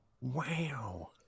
Wow